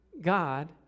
God